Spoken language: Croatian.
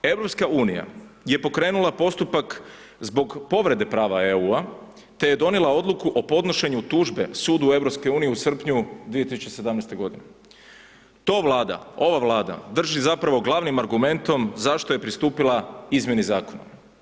EU je pokrenula postupak zbog povrede prava EU-a te je donijela odluku o podnošenju tužbe sudu EU-a u srpnju 2017. g. To Vlada, ova Vlada drži zapravo glavnim argumentom zašto je pristupila izmjeni zakona.